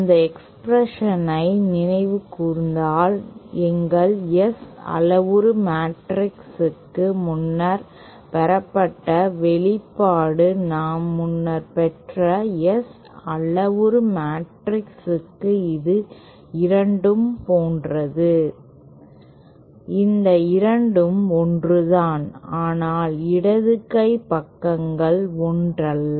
அந்த எக்ஸ்பிரஷனை நினைவு கூர்ந்தால் எங்கள் S அளவுரு மேட்ரிக்ஸுக்கு முன்னர் பெறப்பட்ட வெளிப்பாடு நாம் முன்னர் பெற்ற S அளவுரு மேட்ரிக்ஸுக்கு இது இரண்டும் போன்றது இந்த இரண்டும் ஒன்றுதான் ஆனால் இடது கை பக்கங்கள் ஒன்றல்ல